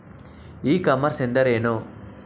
E commerce ಎಂದರೆ ಏನು?